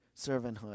servanthood